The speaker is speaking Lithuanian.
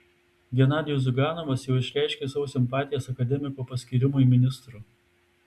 genadijus ziuganovas jau išreiškė savo simpatijas akademiko paskyrimui ministru